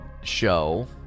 show